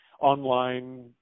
online